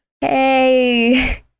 Hey